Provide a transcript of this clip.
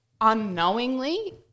unknowingly